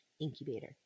incubator